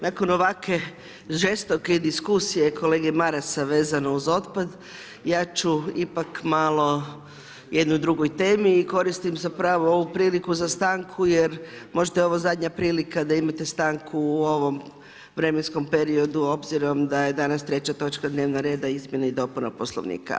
Nakon ovakve žestoke diskusije kolege Marasa vezano uz otpad, ja ću ipak malo o jednoj drugoj temi i koristim zapravo ovu priliku za stanku jer možda je ovo zadnja prilika da imate stanku u ovom vremenskom periodu, obzirom da je danas 3. točka dnevnog rada Izmjena i dopuna Poslovnika.